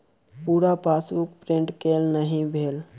पूरा passbook print केल नहि भेल